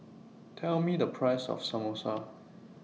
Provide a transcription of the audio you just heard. Tell Me The Price of Samosa